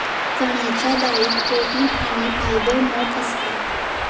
चण्याच्या डाळीत प्रोटीन आणी फायबर मोप असता